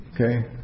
Okay